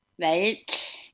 right